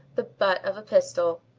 the butt of a pistol.